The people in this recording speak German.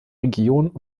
region